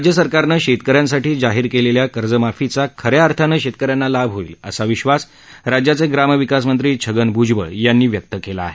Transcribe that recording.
राज्य सरकारनं शेतकऱ्यांसाठी जाहीर केलेल्या कर्जमाफीचा खऱ्याअर्थानं शेतकऱ्यांना लाभ होईल असा विश्वास राज्याचे ग्रामविकास मंत्री छगन भूजबळ यांनी व्यक्त केला आहे